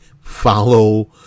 follow